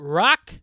rock